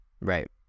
Right